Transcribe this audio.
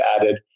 added